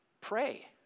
Pray